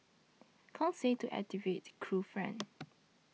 Kong said to activate Chew's friend